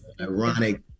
ironic